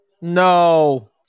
No